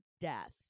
death